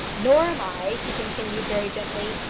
nor am i, he continued very gently,